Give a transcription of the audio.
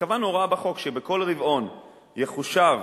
וקבענו הוראה בחוק שבכל רבעון יחושב